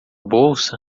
bolsa